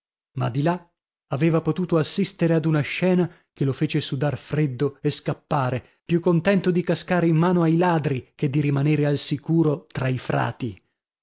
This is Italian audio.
ma di là aveva potuto assistere ad una scena che lo fece sudar freddo e scappare più contento di cascare in mano ai ladri che di rimanere al sicuro tra i frati